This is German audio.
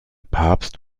papst